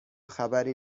خبری